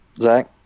Zach